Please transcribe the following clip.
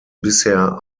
bisher